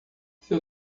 seu